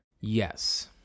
Yes